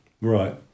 Right